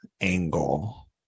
angle